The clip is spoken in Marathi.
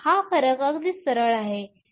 तर हा फरक अगदी सरळ आहे